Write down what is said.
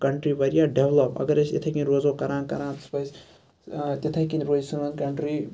country واریاہ develop اَگَر أسۍ اِتھے کٮ۪ن روزو کَران کَران اَسہِ پَزِ تِتھے کٮ۪ن روزِ سٲنۍ کَنٹری